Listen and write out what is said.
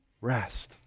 rest